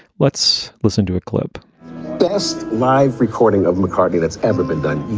let's listen to a clip best live recording of mccartney that's ever been done.